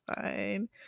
fine